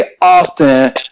often